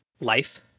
life